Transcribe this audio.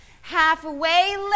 Halfway